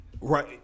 Right